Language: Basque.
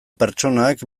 pertsonak